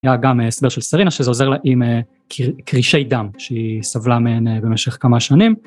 היה גם הסבר של סרינה, שזה עוזר לה עם קרישי דם שהיא סבלה מהן במשך כמה שנים.